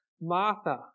Martha